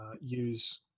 use